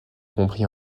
comprit